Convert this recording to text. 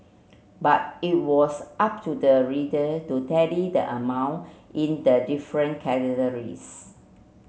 but it was up to the reader to tally the amount in the different categories